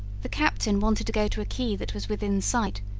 the captain wanted to go to a key that was within sight,